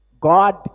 God